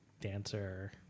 dancer